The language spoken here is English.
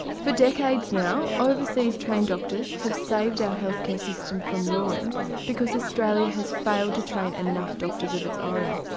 for decades now overseas trained doctors have saved our health care system from ruin because australia has failed to train enough doctors of its own.